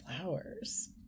flowers